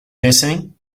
missing